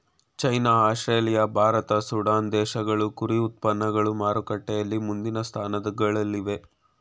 China Australia Bharat Sudan ದೇಶಗಳು ಕುರಿ ಉತ್ಪನ್ನಗಳು ಮಾರುಕಟ್ಟೆಯಲ್ಲಿ ಮುಂದಿನ ಸ್ಥಾನಗಳಲ್ಲಿವೆ